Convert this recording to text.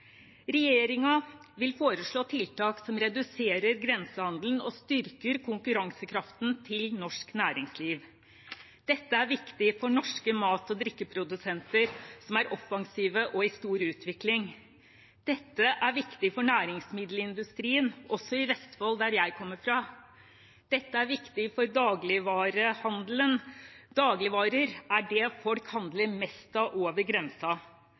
vil foreslå tiltak som reduserer grensehandelen og styrker konkurransekraften til norsk næringsliv. Dette er viktig for norske mat- og drikkeprodusenter, som er offensive og i stor utvikling. Dette er viktig for næringsmiddelindustrien, også i Vestfold, der jeg kommer fra. Dette er viktig for dagligvarehandelen. Dagligvarer er det folk handler mest av over